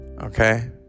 Okay